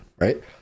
right